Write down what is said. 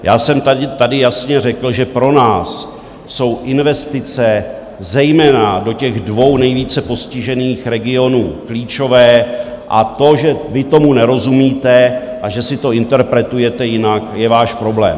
Já jsem tady jasně řekl, že pro nás jsou investice zejména do těch dvou nejvíce postižených regionů klíčové, a to, že vy tomu nerozumíte a že si to interpretujete jinak, je váš problém.